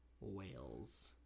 whales